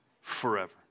forever